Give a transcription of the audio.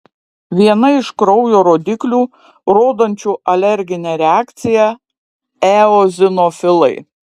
viena iš kraujo rodiklių rodančių alerginę reakciją eozinofilai